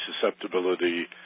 susceptibility